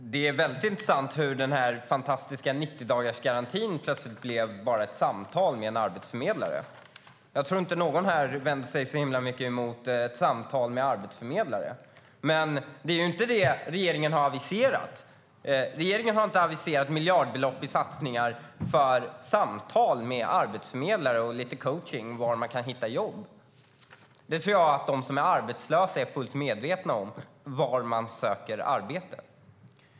Fru talman! Det är väldigt intressant hur den fantastiska 90-dagarsgarantin plötsligt blev bara ett samtal med en arbetsförmedlare. Jag tror inte att någon här vänder sig så mycket emot samtal med arbetsförmedlare, men det är inte vad regeringen har aviserat. Regeringen har inte aviserat miljardbelopp i satsningar på samtal med arbetsförmedlare och lite coachning om var man kan hitta jobb. Jag tror att de som är arbetslösa är fullt medvetna om var man söker arbete.